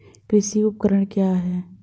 कृषि उपकरण क्या है?